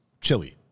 chili